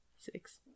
six